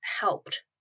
helped